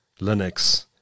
Linux